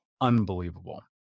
unbelievable